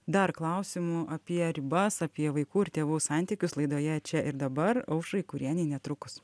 dar klausimų apie ribas apie vaikų ir tėvų santykius laidoje čia ir dabar aušrai kurienei netrukus